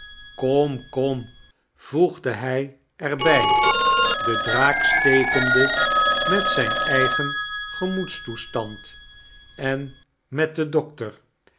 kom kom voegde hij er bij den draak stekende met zijn eigen gemoedstoestand en met den doctor